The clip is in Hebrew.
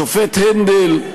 השופט הנדל,